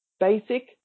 basic